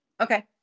Okay